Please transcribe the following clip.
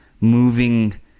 moving